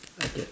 okay